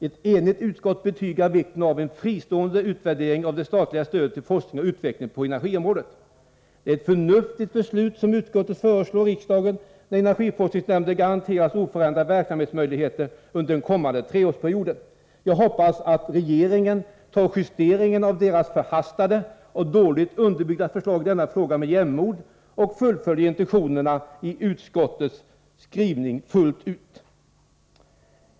Ett enigt utskott betygar vikten av en fristående utvärdering av det statliga stödet till forskning och utveckling på energiområdet. Det är ett förnuftigt beslut som utskottet föreslår att riksdagen skall fatta. Energiforskningsnämnden garanteras oförändrade verksamhetsmöjligheter under den kommande treårsperioden. Jag hoppas att regeringen tar justeringen av dess förhastade och dåligt underbyggda förslag i denna fråga med jämnmod och fullföljer intentionerna i utskottets skrivning, fullt ut.